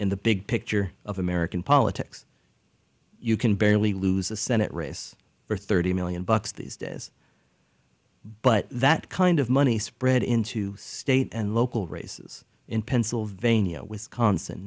in the big picture of american politics you can barely lose a senate race for thirty million bucks these days but that kind of money spread into state and local races in pennsylvania wisconsin